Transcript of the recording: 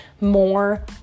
more